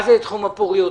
מה זה תחום הפוריות?